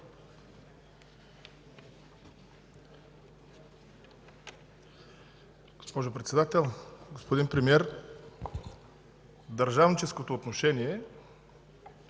Господин Премиер, държавническото отношение,